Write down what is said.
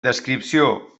descripció